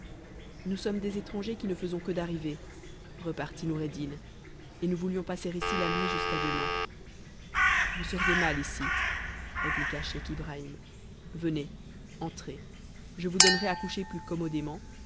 nous sommes des étrangers qui ne faisons que d'arriver repartit noureddin et nous voulions passer ici ta nuit jusqu'à demain vous seriez mal ici répliqua scheich ibrahim vcucx outrez je vous donnerai à coucher plus commodément